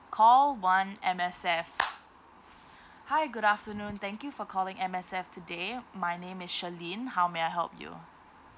call one M_S_F hi good afternoon thank you for calling M_S_F today my name is shirlyn how may I help you